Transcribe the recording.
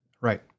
Right